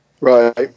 Right